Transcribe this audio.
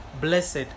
blessed